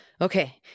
Okay